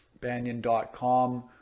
banyan.com